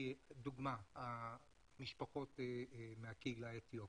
לדוגמה, משפחות מהקהילה האתיופית.